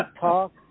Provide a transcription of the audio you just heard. talk